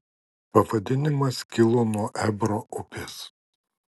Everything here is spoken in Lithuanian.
pavadinimas kilo nuo ebro upės